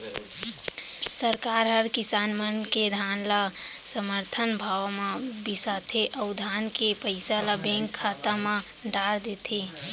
सरकार हर किसान मन के धान ल समरथन भाव म बिसाथे अउ धान के पइसा ल बेंक खाता म डार देथे